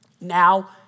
Now